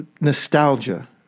nostalgia